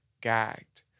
gagged